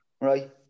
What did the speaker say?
right